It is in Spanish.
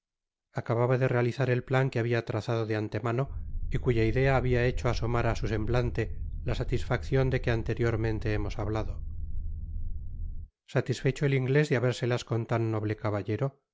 acababa de realizar el plan que habia trazado de antemano y cuya idea habia hecho asomar á su semblante la satisfaccion de que anteriormente hemos hablado satisfecho el inglés de habérselas con tan noble caballero